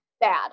bad